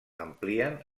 amplien